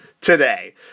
today